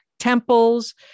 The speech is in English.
temples